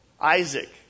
Isaac